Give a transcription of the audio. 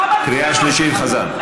כמה צביעות.